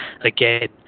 again